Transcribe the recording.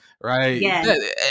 right